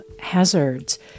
hazards